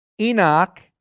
Enoch